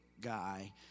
guy